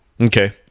Okay